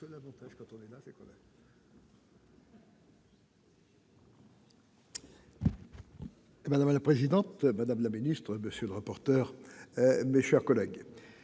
Madame la présidente, madame la secrétaire d'État, monsieur le rapporteur, mes chers collègues,